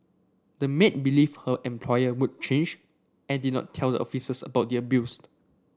the maid believed her employer would change and did not tell the officers about the abuse